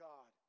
God